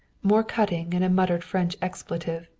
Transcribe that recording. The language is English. more cutting and a muttered french expletive.